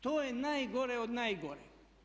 To je najgore od najgoreg.